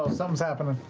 something's happening.